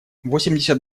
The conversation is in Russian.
восемьдесят